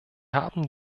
haben